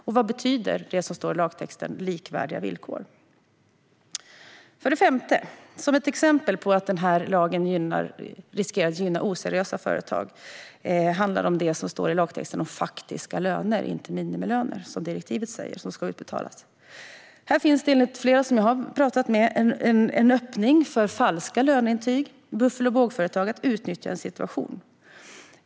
Och vad betyder det som står i lagtexten om likvärdiga villkor? För det femte är ett exempel på att den här lagen riskerar att gynna oseriösa företag det som står i lagtexten om faktiska löner - inte minimilöner, som direktivet säger - som ska utbetalas. Här finns det enligt flera som jag har pratat med en öppning för falska löneintyg och ruffel-och-båg-företag att utnyttja en situation.